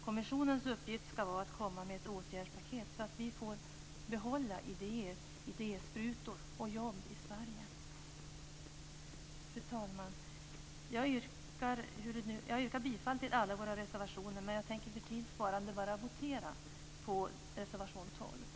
Kommissionens uppgift skall vara att komma med förslag till ett åtgärdspaket så att vi får behålla idéer, idésprutor och jobb i Sverige. Fru talman! Jag står bakom alla våra reservationer, men för tids vinnande yrkar jag bifall bara till reservation 12.